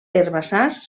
herbassars